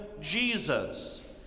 Jesus